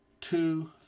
two